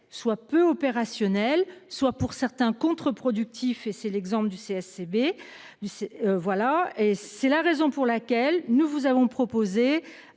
soit peu opérationnel soit pour certains contreproductif et c'est l'exemple du CSCV du. Voilà et c'est la raison pour laquelle nous vous avons proposé